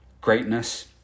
Greatness